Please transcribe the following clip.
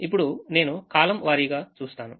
ఇప్పుడు నేను కాలమ్ వారీగా చూస్తాను